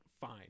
fine